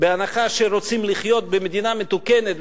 בהנחה שרוצים לחיות במדינה מתוקנת,